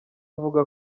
avuga